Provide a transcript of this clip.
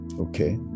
Okay